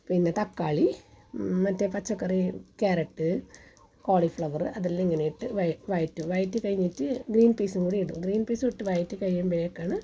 പിന്നെ തക്കാളി മറ്റേ പച്ചക്കറി കാരറ്റ് കോളിഫ്ലവർ അതെല്ലാം ഇങ്ങനെയിട്ട് വഴറ്റി വഴറ്റും വഴറ്റി കഴിഞ്ഞിട്ട് ഗ്രീൻ പീസും കൂടിയിടും ഗ്രീൻ പീസും ഇട്ട് വഴറ്റി കഴിയുമ്പോഴേക്കാണ്